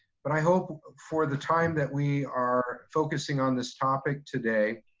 but i hope for the time that we are focusing on this topic today,